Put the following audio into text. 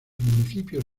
municipios